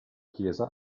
chiesa